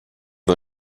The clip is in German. die